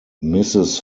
mrs